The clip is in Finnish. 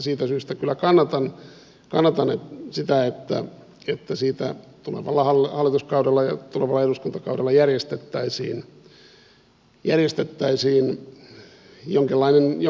siitä syystä kyllä kannatan sitä että siitä tulevalla hallituskaudella ja tulevalla eduskuntakaudella järjestettäisiin jonkinlainen kokeilu